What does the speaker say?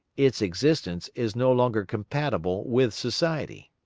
its existence is no longer compatible with society.